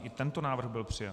I tento návrh byl přijat.